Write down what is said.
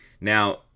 Now